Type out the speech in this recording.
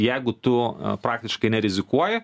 jeigu tu praktiškai nerizikuoji